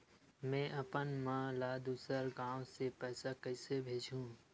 में अपन मा ला दुसर गांव से पईसा कइसे भेजहु?